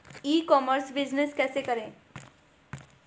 ई commerce business कैसे करें?